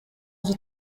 nzu